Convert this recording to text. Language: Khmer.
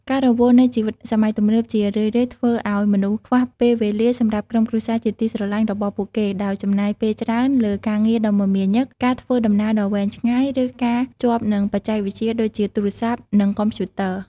ការរវល់នៃជីវិតសម័យទំនើបជារឿយៗធ្វើឲ្យមនុស្សខ្វះពេលវេលាសម្រាប់ក្រុមគ្រួសារជាទីស្រឡាញ់របស់ពួកគេ ដោយចំណាយពេលច្រើនលើការងារដ៏មមាញឹក ការធ្វើដំណើរដ៏វែងឆ្ងាយ ឬការជាប់នឹងបច្ចេកវិទ្យាដូចជាទូរស័ព្ទនិងកុំព្យូទ័រ។